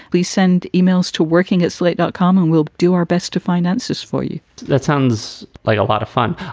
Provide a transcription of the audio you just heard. please send emails to working at slate dot com and we'll do our best to find answers for you that sounds like a lot of fun.